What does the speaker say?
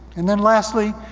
and then lastly,